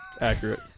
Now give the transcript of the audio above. Accurate